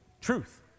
Truth